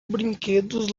brinquedos